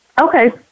Okay